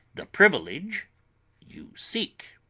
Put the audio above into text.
the privilege you seek.